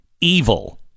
evil